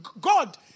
God